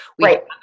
Right